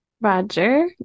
Roger